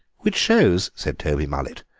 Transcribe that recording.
which shows, said toby mullet,